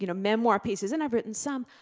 you know memoir pieces, and i've written some,